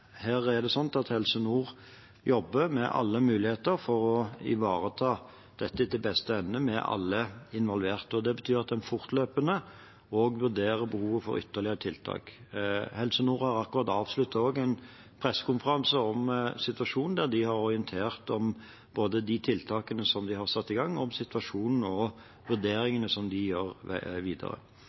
Helse Nord jobber med alle muligheter for å ivareta dette etter beste evne, med alle involverte, og det betyr at en fortløpende også vurderer behovet for ytterligere tiltak. Helse Nord har akkurat avsluttet en pressekonferanse om situasjonen der de har orientert både om de tiltakene som de har satt i gang, om situasjonen og vurderingene som de gjør videre.